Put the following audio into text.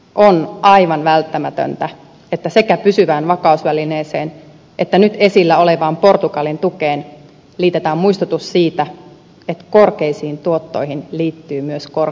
on aivan välttämätöntä että sekä pysyvään vakausvälineeseen että nyt esillä olevaan portugalin tukeen liitetään muistutus siitä että korkeisiin tuottoihin liittyy myös korkea riski